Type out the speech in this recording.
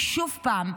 כי, שוב פעם,